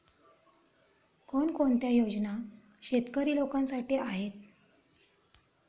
कोणकोणत्या योजना शेतकरी लोकांसाठी आहेत?